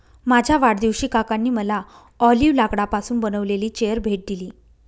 माझ्या वाढदिवशी काकांनी मला ऑलिव्ह लाकडापासून बनविलेली चेअर भेट दिली